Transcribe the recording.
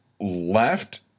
left